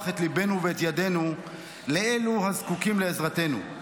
את ליבנו ואת ידינו לאלה הזקוקים לעזרתנו.